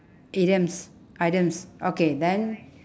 idioms idioms okay then